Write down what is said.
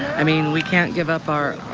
i mean, we can't give up our